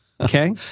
Okay